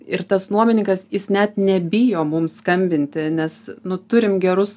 ir tas nuomininkas jis net nebijo mums skambinti nes nu turim gerus